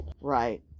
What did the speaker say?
right